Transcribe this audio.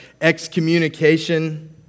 excommunication